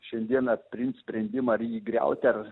šiandieną priimt sprendimą ar jį griauti ar